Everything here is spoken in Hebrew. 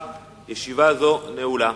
תם סדר-היום.